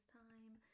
time